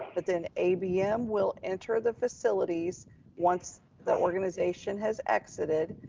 but then abm will enter the facilities once the organization has exited,